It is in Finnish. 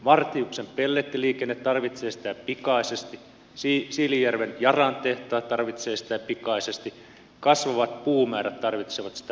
vartiuksen pellettiliikenne tarvitsee sitä pikaisesti siilinjärven yaran tehtaat tarvitsevat sitä pikaisesti kasvavat puumäärät tarvitsevat sitä ratayhteyttä pikaisesti